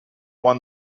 won